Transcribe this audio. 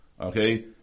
Okay